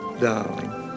Darling